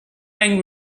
and